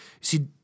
See